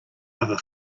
other